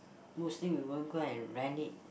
mostly we won't go and rent it